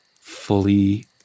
Fully